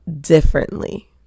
differently